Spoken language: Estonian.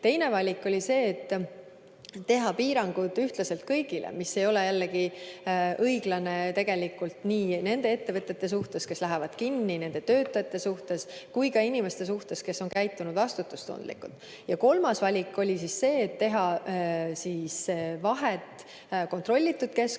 Teine valik oli see, et teha piirangud ühtlaselt kõigile, mis ei oleks jällegi õiglane tegelikult ei nende ettevõtete suhtes, mis lähevad kinni, nende töötajate suhtes, ega ka inimeste suhtes, kes on käitunud vastutustundlikult. Kolmas valik oli see, et teha vahet kontrollitud keskkondadel,